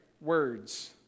words